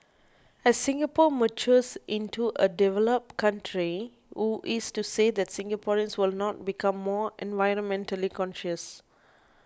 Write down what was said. as Singapore matures into a developed country who is to say that Singaporeans will not become more environmentally conscious